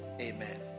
amen